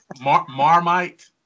Marmite